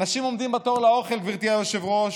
אנשים עומדים בתור לאוכל, גברתי היושבת-ראש,